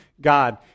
God